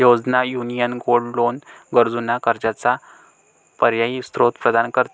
योजना, union gold loan गरजूंना कर्जाचा पर्यायी स्त्रोत प्रदान करते